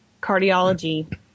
cardiology